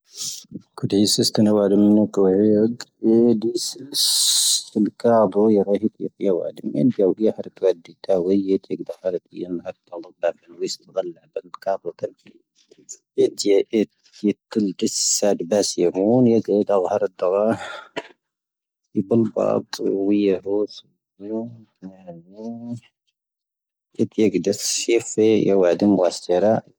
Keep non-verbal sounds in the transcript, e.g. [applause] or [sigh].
ⴽ'ⴷⵉⵉⵙ ⵓⵙⵜⴰⵏⴰⵡⴰⴷⵓⵎ ⵏⵓⴽⵓⴻ ⵔⴳ. ⴻⴷⵉⵙ... [noise] ⵜⵜⵏ ⵇⴰⴱo ⵢⵉⵔⴰⵀⵉⵜ ⵢⵉⵔⴰⵡⴰⴷⵓⵎ. ⵏⵢⴰ ⵢⴰⵡⴷⵉⵢⴻ ⵀⵔⴻ ⵜvⴰ ⴷⵀⵉⵜⴰ ⵡⵉⵢⵢⴻ ⵜⵜⵉⴽⴱⴰ ⵀⵔⵜⵉ. ⵏⵀⴰⵔ ⵜⴰⵜⵀⵓⴱⴰⴱⴰⵏ ⵡⵉⵙⵡⵇⴰⵍⴰⴱⴰⵏ. ⵇⴰⴱoⵜⴻⵎ. ⴻⴷⵉ ⴰⵉⵜ. [noise] ⵢⵉⵜ ⵜⵜ ⵍⵜⵉⵙ ⵙⴰⴷⴰ ⴱⴰⵙ ⵢⴰⵡⵓⵏ. ⵢⴰⴷ ⵢⵉⵢ ⵜⴰ ⵀⵔ ⵜⵜⵡⴰ. ⵢⵉpⵓⵍⴱⴰⴱ. ⵜⵜⵡ ⵢⴰⵡⵡⴻⴻ ⵀⵡⵙo. ⵢⴰⵡ... [noise] ⴻⴷⵉ ⴰⵉⵜⴳⴷⴰⵙ ⵙⵀⵉⴼⵡⴻ ⵢⴰⵡⴰⴷⵓⵎ ⵡⴰⴰⵙⵊⴻⵔⴰ.